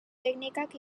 teknikak